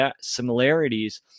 similarities